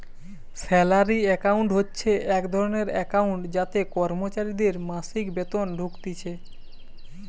salary account হতিছে এক ধরণের একাউন্ট যাতে কর্মচারীদের মাসিক বেতন ঢুকতিছে